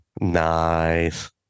nice